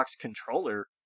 controller